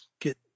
get